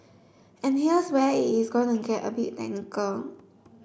and here's where it is going to get a bit technical